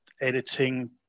Editing